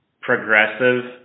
progressive